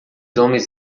homens